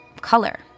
Color